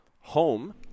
home